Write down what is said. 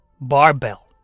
Barbell